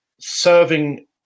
serving